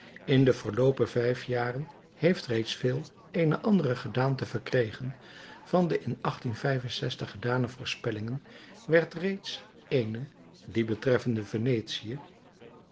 in de verloopen vijf jaren heeft reeds veel eene andere gedaante verkregen van de in gedane voorspellingen werd reeds eene die betreffende venetië